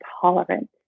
tolerant